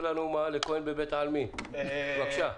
רוזנברג, בבקשה.